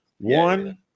One